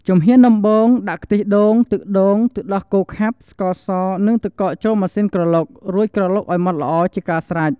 ជំហានដំបូង ដាក់ខ្ទិះដូង ទឹកដូង ទឹកដោះគោខាប់ ស្ករស និងទឹកកកចូលម៉ាស៊ីនក្រឡុក រួចក្រឡុកឲ្យម៉ដ្ឋល្អជាការស្រេច។